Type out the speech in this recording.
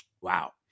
Wow